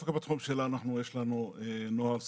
דווקא בתחום שלנו יש לנו נוהל סדור,